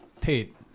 Tate